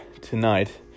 tonight